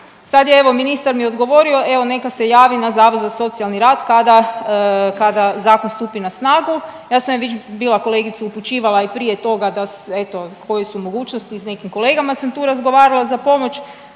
Sada je evo ministar mi odgovorio evo neka se javi na Zavod za socijalni rad kada zakon stupi na snagu. Ja sam već bila kolegicu upućivala i prije toga evo koje su mogućnosti i s nekim kolegama sam tu razgovarala za pomoć.